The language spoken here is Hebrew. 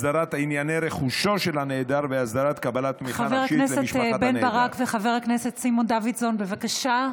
הסדרת ענייני רכושו של הנעדר והסדרת קבלת תמיכה נפשית למשפחת הנעדר.